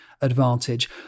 advantage